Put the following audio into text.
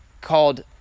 called